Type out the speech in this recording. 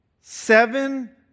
seven